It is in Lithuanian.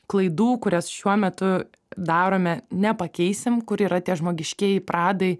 klaidų kurias šiuo metu darome nepakeisim kur yra tie žmogiškieji pradai